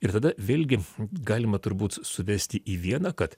ir tada vėlgi galima turbūt suvesti į vieną kad